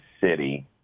City